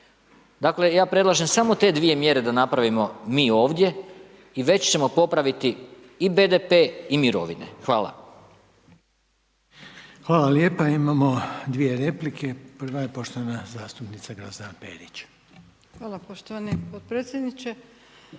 Dakle ja predlažem samo te dvije mjere da napravimo mi ovdje i već ćemo popraviti i BDP i mirovine. Hvala. **Reiner, Željko (HDZ)** Hvala lijepa. Imamo dvije replike, prva je poštovana zastupnica Grozdana Perić. **Perić, Grozdana (HDZ)** Hvala poštovani potpredsjedniče.